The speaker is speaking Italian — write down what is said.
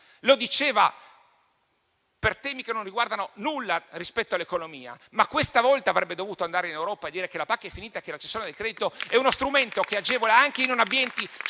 riferimento a temi che non riguardavano per nulla l'economia, ma questa volta sarebbe dovuto andare in Europa a dire che la pacchia è finita e che la cessione del credito è uno strumento che agevola anche i non abbienti su ogni